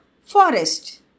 forest